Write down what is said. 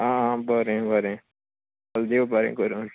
आं बरें बरें चल देव बरें करूं